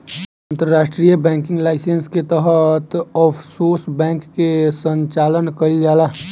अंतर्राष्ट्रीय banking license के तहत ऑफशोर बैंक के संचालन कईल जाला